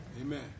Amen